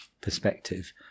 perspective